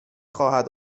خواهد